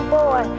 boy